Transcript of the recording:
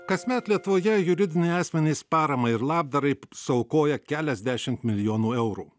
kasmet lietuvoje juridiniai asmenys paramai ir labdarai suaukoja keliasdešim milijonų eurų